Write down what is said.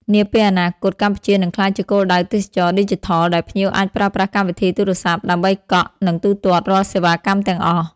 នាពេលអនាគត កម្ពុជានឹងក្លាយជាគោលដៅទេសចរណ៍ឌីជីថល ដែលភ្ញៀវអាចប្រើប្រាស់កម្មវិធីទូរស័ព្ទដើម្បីកក់ និងទូទាត់រាល់សេវាកម្មទាំងអស់។